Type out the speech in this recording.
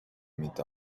meet